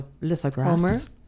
lithographs